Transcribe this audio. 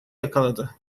yakaladı